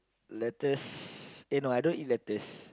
lettuce eh no I don't eat lettuce